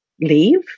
leave